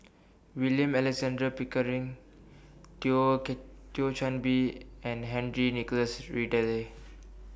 William Alexander Pickering Thio Kit Thio Chan Bee and Henry Nicholas Ridley